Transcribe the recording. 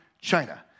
China